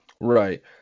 Right